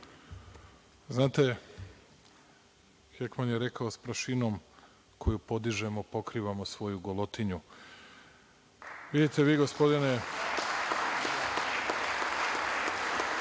Znate, Hekman je rekao - sa prašinom koju podižemo pokrivamo svoju golotinju. Vidite, gospodine